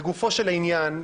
לגופו של עניין,